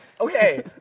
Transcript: Okay